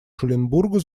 шуленбургу